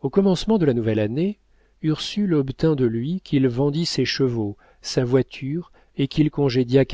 au commencement de la nouvelle année ursule obtint de lui qu'il vendît ses chevaux sa voiture et qu'il congédiât